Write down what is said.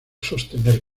sostener